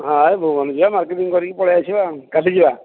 ହଁ ଏ ଭୁବନ ଯିବା ମାର୍କେଟିଂ କରିକି ପଳାଇଆସିବା ଆଉ କାଲି ଯିବା